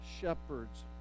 shepherds